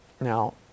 Now